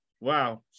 Wow